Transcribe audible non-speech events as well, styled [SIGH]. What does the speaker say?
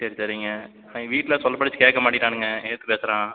சரி சரிங்க [UNINTELLIGIBLE] வீட்டில் சொல் பேச்சு கேட்க மாட்டேங்கிறானுங்க எதிர்த்து பேசுகிறான்